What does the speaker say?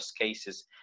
cases